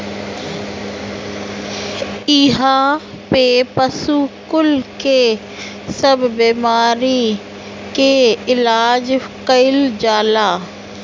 इहा पे पशु कुल के सब बेमारी के इलाज कईल जाला